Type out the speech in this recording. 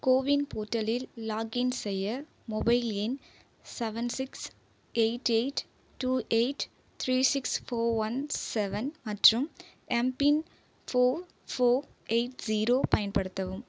CoWIN போர்ட்டலில் login செய்ய mobile எண் seven six eight eight two eight three six four one seven மற்றும் mPIN four four eight zero பயன்படுத்தவும்